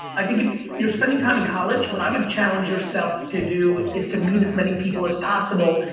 i think if you're spending time in college, what i would challenge yourself to do, is to meet as many people as possible,